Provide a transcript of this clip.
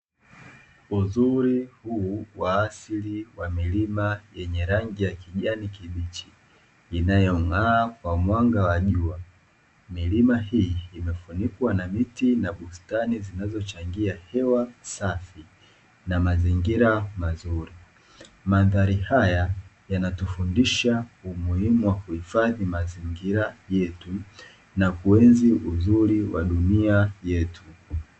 Uzuri huu wa asili wa milima yenye rangi ya kijani kibichi inayong'aa kwa mwanga wa jua, milima hii imefunikwa na miti na bustani zinazochangia hewa safi na mazingira mazuri mandhari haya yanatufundisha umuhimu wa kuhifadhi mazingira yetu na kuenzi uzuri wa dunia yetu.